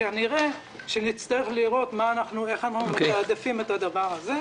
כנראה נצטרך לראות איך אנחנו מתעדפים את הדבר הזה.